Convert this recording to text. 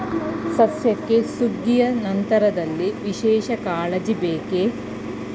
ಸಸ್ಯಕ್ಕೆ ಸುಗ್ಗಿಯ ನಂತರದಲ್ಲಿ ವಿಶೇಷ ಕಾಳಜಿ ಬೇಕೇ?